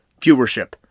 Viewership